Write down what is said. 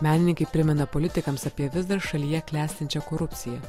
menininkai primena politikams apie vis dar šalyje klestinčią korupciją